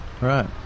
Right